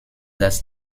das